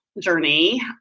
journey